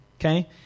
okay